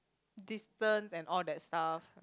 distance and all that stuff